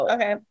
Okay